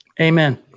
Amen